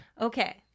Okay